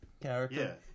character